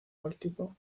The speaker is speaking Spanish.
báltico